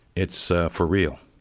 it's for real